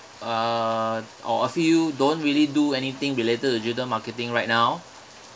uh or a few don't really do anything related to digital marketing right now